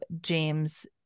James